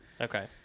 Okay